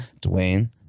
Dwayne